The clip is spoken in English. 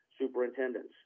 superintendents